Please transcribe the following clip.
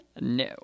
No